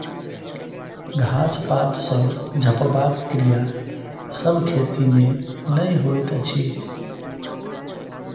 घास पात सॅ झपबाक क्रिया सभ खेती मे नै होइत अछि